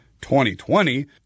2020